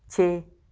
ਛੇ